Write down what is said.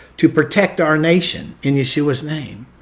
to protect our nation in yeshua's name.